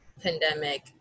pandemic